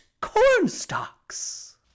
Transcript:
cornstalks